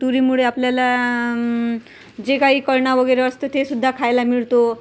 तुरीमुळे आपल्याला जे काही कळना वगैरे असतं ते सुद्धा खायला मिळतो